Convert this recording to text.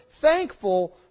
thankful